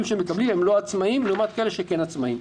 שהם מקבלים הם לא עצמאיים לעומת כאלה שכן עצמאיים.